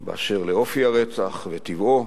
באשר לאופי הרצח וטבעו,